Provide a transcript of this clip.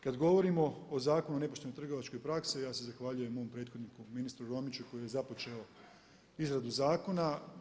Kada govorimo o Zakonu o nepoštenoj trgovačkoj praksi ja se zahvaljujem mom prethodniku ministru Romiću koji je započeo izradu zakona.